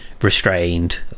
restrained